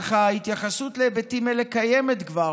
אך ההתייחסות להיבטים אלה קיימת כבר